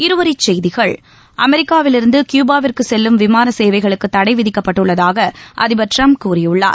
இருவரி செய்திகள் அமெரிக்காவிலிருந்து கியூபாவிற்கு செல்லும் விமாள சேவைகளுக்கு தடை விதிக்கப்பட்டுள்ளதாக அதிபர் ட்ரம்ப் கூறியுள்ளார்